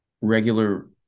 regular